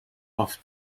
off